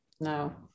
No